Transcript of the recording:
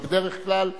אבל בדרך כלל,